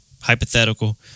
Hypothetical